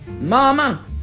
mama